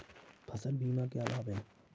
फसल बीमा के क्या लाभ हैं?